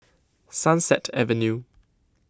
Sunset Avenue